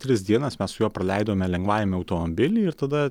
tris dienas mes su juo praleidome lengvajame automobily ir tada